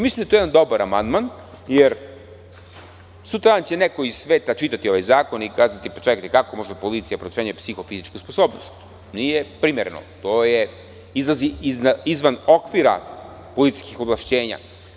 Mislim da je to jedan dobar amandman, jer sutradan će neko iz sveta čitati ovaj zakon i kazati – kako može policija da procenjuje psihofizičku sposobnost, to nije primereno, izlazi izvan okvira policijskih ovlašćenja.